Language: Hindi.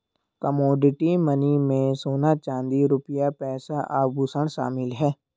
कमोडिटी मनी में सोना चांदी रुपया पैसा आभुषण शामिल है